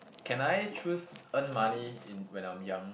can I choose earn money in when I'm young